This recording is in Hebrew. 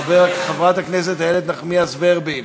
חברת הכנסת איילת נחמיאס ורבין.